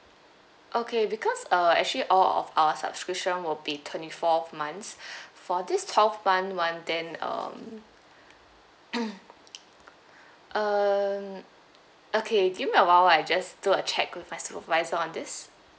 okay because uh actually all of our subscription will be twenty four months for this twelve month one then um um okay give me awhile I'll just do a check with my supervisor on this